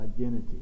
identity